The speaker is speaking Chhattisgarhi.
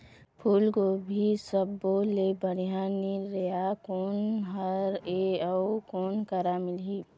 फूलगोभी बर सब्बो ले बढ़िया निरैया कोन हर ये अउ कोन करा मिलही?